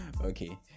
Okay